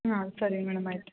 ಹಾಂ ಸರಿ ಮೇಡಮ್ ಆಯಿತು